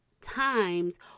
times